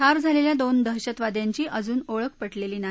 ठार झालेल्या दोन दहशतवाद्यांची अजून ओळख पटलेली नाही